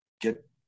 get